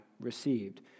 received